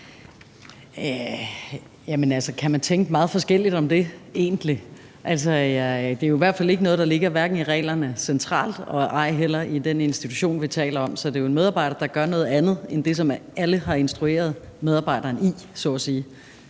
egentlig tænke meget forskelligt om det? Altså, det er jo i hvert fald ikke noget, der ligger i hverken reglerne centralt og ej heller i den institution, vi taler om, så det er jo en medarbejder, der gør noget andet end det, som alle har instrueret medarbejderen i, så at sige.